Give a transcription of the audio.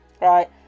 Right